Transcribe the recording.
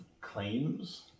claims